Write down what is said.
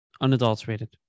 unadulterated